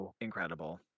incredible